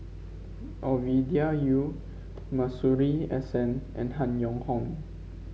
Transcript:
Ovidia Yu Masuri S N and Han Yong Hong